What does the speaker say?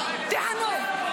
תיהנו.